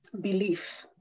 belief